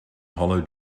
hollow